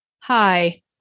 Hi